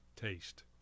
taste